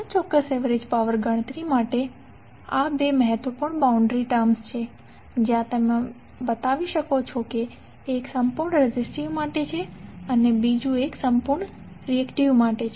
આ ચોક્કસ average power ગણતરી માટે આ બે મહત્વપૂર્ણ બાઉન્ડ્રી કન્ડીશન છે જ્યાં તમે બતાવી શકો છો કે એક પ્યોર્લી રેજિસ્ટિવ માટે છે અને બીજું પ્યોર્લી રિએકટીવ માટે છે